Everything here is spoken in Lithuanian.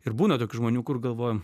ir būna tokių žmonių kur galvoji